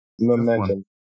Momentum